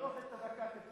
ניסיתי למשוך את הדקה טיפה.